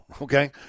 okay